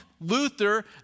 Luther